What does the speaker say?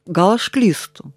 gal aš klystu